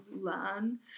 learn